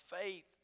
faith